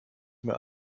mehr